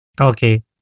okay